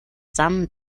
зан